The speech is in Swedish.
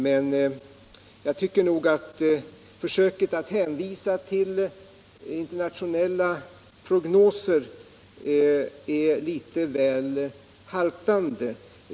Men jag tycker att försöket att hänvisa till internationella prognoser är litet väl haltande.